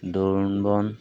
দোৰোণ বন